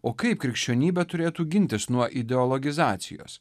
o kaip krikščionybė turėtų gintis nuo ideologizacijos